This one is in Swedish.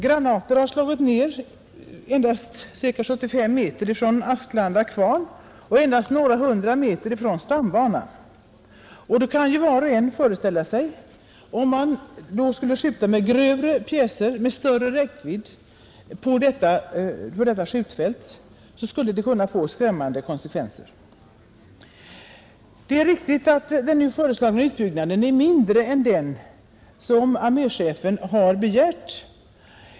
Granater har slagit ned endast cirka 75 meter från Asklanda kvarn och endast ett par hundra meter från stambanan. Var och en kan föreställa sig att skjutning med grövre pjäser med större räckvidd på detta skjutfält skulle kunna få skrämmande konsekvenser. Det är riktigt att den nu föreslagna utbyggnaden är mindre än den som arméchefen begärt.